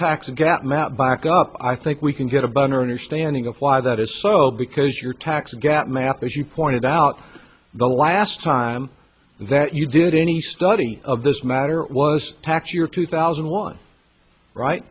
map back up i think we can get a boner understanding of why that is so because your tax gap math as you pointed out the last time that you did any study of this matter was tax year two thousand and one right